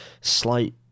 slight